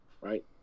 right